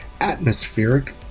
atmospheric